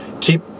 Keep